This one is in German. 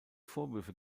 vorwürfe